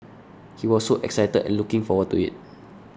he was so excited and looking forward to it